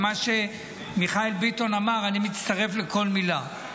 מה שמיכאל ביטון אמר, אני מצטרף לכל מילה.